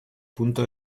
punto